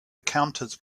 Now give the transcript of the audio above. encounters